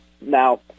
Now